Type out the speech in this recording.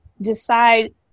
decide